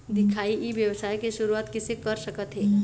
दिखाही ई व्यवसाय के शुरुआत किसे कर सकत हे?